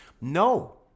No